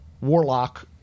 Warlock